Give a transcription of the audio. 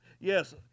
yes